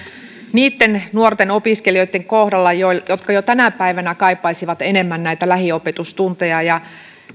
niitten nuorten opiskelijoitten kohdalla jotka jo tänä päivänä kaipaisivat enemmän näitä lähiopetustunteja